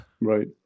right